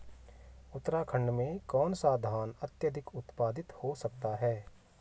उत्तराखंड में कौन सा धान अत्याधिक उत्पादित हो सकता है?